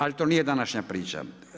Ali to nije današnja priča.